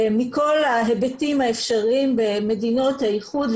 מכל ההיבטים האפשריים במדינות האיחוד,